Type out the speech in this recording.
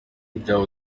bya